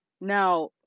Now